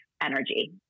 energy